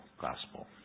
gospel